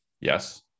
Yes